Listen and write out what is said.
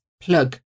plug